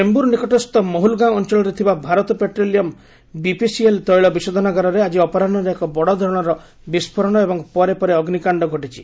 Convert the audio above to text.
Mumbai fire ମୁମ୍ୟାଇର ଚେମ୍ବୁର ନିକଟସ୍ଥ ମହୁଲଗାଓଁ ଅଞ୍ଚଳରେ ଥିବା ଭାରତ ପେଟ୍ରୋଲିୟମ୍ ବିପିସିଏଲ୍ ତୈଳ ବିଶୋଧନାଗାରରେ ଆକି ଅପରାହ୍ନରେ ଏକ ବଡ଼ଧରଣର ବିଫ୍ଫୋରଣ ଏବଂ ପରେ ପରେ ଅଗ୍ନିକାଣ୍ଡ ଘଟିଛି